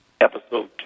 Episode